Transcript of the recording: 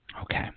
Okay